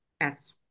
Yes